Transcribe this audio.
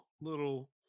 little